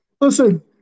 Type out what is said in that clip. Listen